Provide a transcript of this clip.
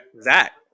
Zach